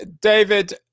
david